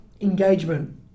engagement